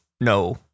no